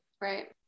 Right